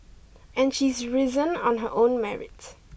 and she's risen on her own merit